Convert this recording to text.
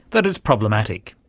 that it's problematic.